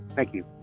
thank you.